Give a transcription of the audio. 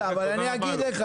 באמת תודה רבה לו.